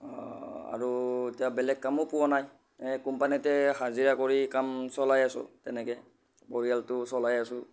আৰু এতিয়া বেলেগ কামো পোৱা নাই এই কোম্পানীতে হাজিৰা কৰি কাম চলাই আছো তেনেকৈ পৰিয়ালটো চলাই আছো